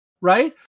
right